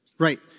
Right